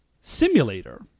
simulator